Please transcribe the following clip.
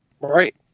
Right